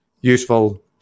useful